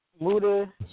Muda